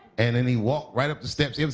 and then he walked right up the steps,